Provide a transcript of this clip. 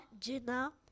Jenna